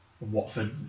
Watford